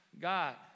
God